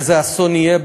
איזה אסון יהיה,